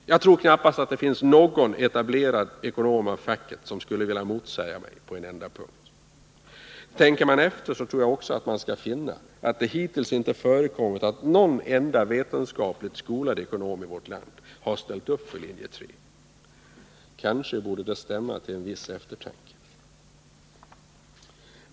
Jag tror knappast att det finns någon etablerad ekonom av facket som skulle vilja motsäga mig på någon enda punkt. Tänker man efter, tror jag också att man skall finna att det hittills inte förekommit att någon enda vetenskapligt skolad ekonom i vårt land har ställt upp för linje 3. Kanske det borde stämma till en viss eftertanke.